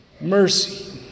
mercy